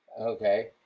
Okay